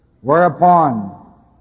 Whereupon